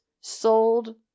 sold